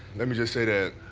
let me just say that,